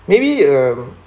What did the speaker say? maybe um